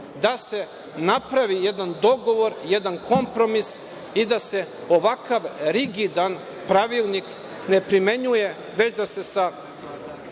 da se napravi jedan dogovor, jedan kompromis i da se ovakav rigidan pravilnik ne primenjuje, već da se sa